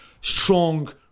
strong